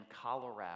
Colorado